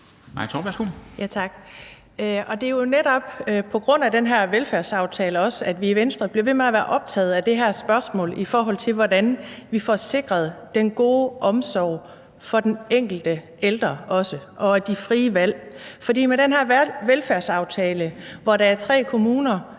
Det er jo netop også på grund af den velfærdsaftale, at vi i Venstre bliver ved med at være optaget af det her spørgsmål om, hvordan vi får sikret den gode omsorg for den enkelte ældre og de frie valg. For med den her velfærdsaftale, hvor der er tre kommuner,